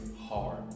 Hard